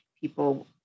people